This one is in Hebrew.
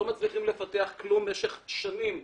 לא מצליחים לפתח כלום במשך שנים,